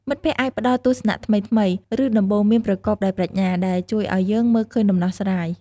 មិត្តភក្តិអាចផ្តល់ទស្សនៈថ្មីៗ ឬដំបូន្មានប្រកបដោយប្រាជ្ញា ដែលជួយឲ្យយើងមើលឃើញដំណោះស្រាយ។